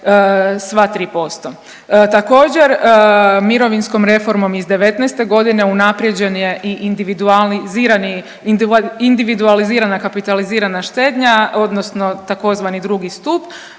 sva 3%. Također, mirovinskom reformom iz '91. godine unaprijeđen je i individualizirani, individualizirana kapitalizirana štednja odnosno tzv. drugi stup